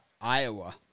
iowa